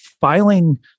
filing